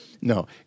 No